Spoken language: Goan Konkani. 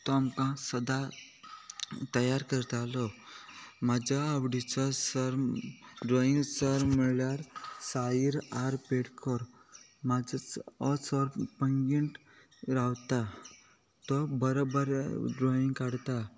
तो आमकां सदां तयार करतालो म्हाज्या आवडीचो सर ड्रॉइंग सर म्हळ्यार सायर आर पेडकोर म्हाजो हो सर पैंगीण रावता तो बरे बरे ड्रॉईंग काडता